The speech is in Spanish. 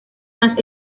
más